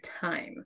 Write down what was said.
time